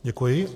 Děkuji.